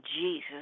Jesus